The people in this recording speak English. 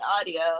audio